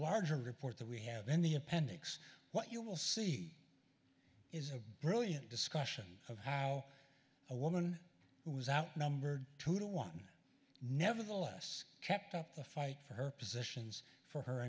larger report that we have in the appendix what you will see is a brilliant discussion of how a woman who was outnumbered two to one nevertheless kept up the fight for her positions for her